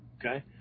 Okay